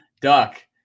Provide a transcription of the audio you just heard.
Duck